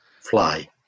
fly